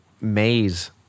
maze